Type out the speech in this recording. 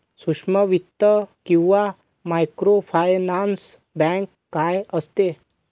सूक्ष्म वित्त किंवा मायक्रोफायनान्स बँक काय असते?